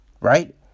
right